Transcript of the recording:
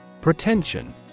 Pretension